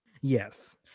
Yes